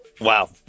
Wow